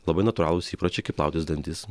labai natūralūs įpročiai kaip plautis dantis